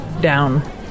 down